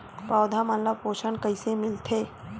पौधा मन ला पोषण कइसे मिलथे?